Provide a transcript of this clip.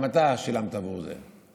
גם אתה שילמת עבור זה,